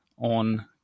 on